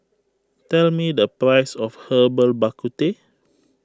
tell me the price of Herbal Bak Ku Teh